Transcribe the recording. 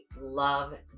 love